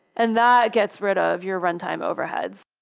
and that gets rid of your runtime overheads.